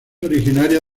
originaria